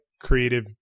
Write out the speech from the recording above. creative